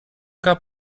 gab